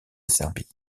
serbie